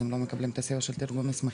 אז הם לא מקבלים את הסיוע של תרגום מסמכים.